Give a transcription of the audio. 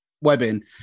webbing